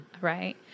Right